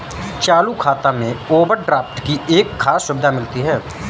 चालू खाता में ओवरड्राफ्ट की एक खास सुविधा मिलती है